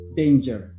danger